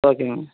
okay ma'am